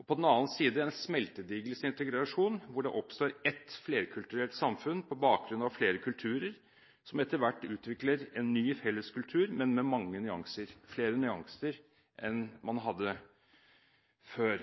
og på den annen side en smeltedigelintegrasjon hvor det oppstår ett flerkulturelt samfunn på bakgrunn av flere kulturer som etter hvert utvikler en ny felleskultur, men med flere nyanser enn man hadde før.